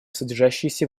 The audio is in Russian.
содержащиеся